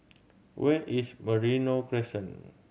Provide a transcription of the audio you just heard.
where is Merino Crescent